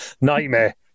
Nightmare